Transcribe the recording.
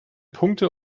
punkte